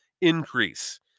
increase